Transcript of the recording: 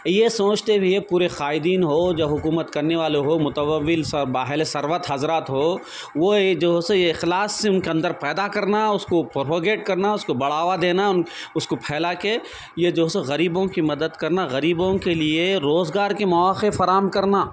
یہ سوچتے ہوئے پورے قائدین ہو جو حکومت کرنے والے ہو متمول صاحب ثروت حضرات ہو وہ اے جو سو اخلاص سے ان کے اندر پیدا کرنا اس کو پروپوگیٹ کرنا اس کو بڑھاوا دینا ان اس کو پھیلا کے یہ جو ہے سو غریبوں کی مدد کرنا غریبوں کے لیے روزگار کے مواقع فراہم کرنا